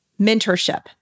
mentorship